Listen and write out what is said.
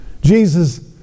Jesus